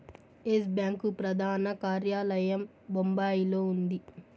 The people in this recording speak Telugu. ఎస్ బ్యాంకు ప్రధాన కార్యాలయం బొంబాయిలో ఉంది